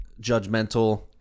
judgmental